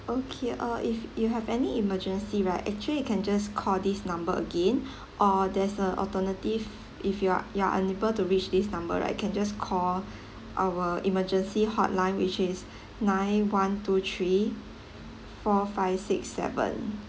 okay uh if you have any emergency right actually you can just call this number again or there's a alternative if you are you are unable to reach this number right can just call our emergency hotline which is nine one two three four five six seven